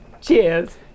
Cheers